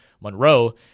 Monroe